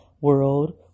world